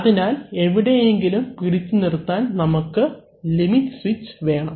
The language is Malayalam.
അതിനാൽ എവിടെയെങ്കിലും പിടിച്ചുനിർത്താൻ നമ്മൾക്ക് ലിമിറ്റ് സ്വിച്ച് വേണം